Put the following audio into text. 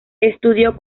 estudió